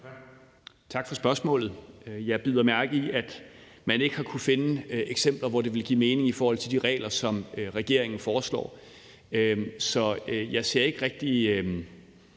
Tak for spørgsmålet. Jeg bider mærke i, at man ikke har kunnet finde eksempler, hvor det ville give mening i forhold til de regler, som regeringen foreslår. Så jeg ser ikke rigtig